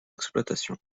exploitation